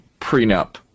prenup